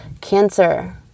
Cancer